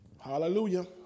Hallelujah